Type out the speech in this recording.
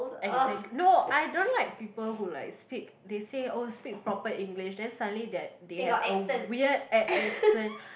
and he say no I don't like people who like speak they say oh speak proper English then suddenly that they have a weird ac~ accent